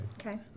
Okay